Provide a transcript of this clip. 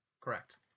correct